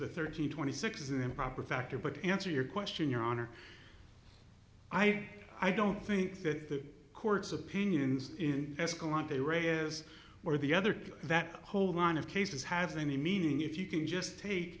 the thirty twenty six is an improper factor but in answer your question your honor i i don't think that the court's opinions in escalante re is or the other that whole line of cases has any meaning if you can just take